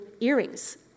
earrings